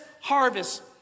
harvest